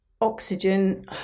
oxygen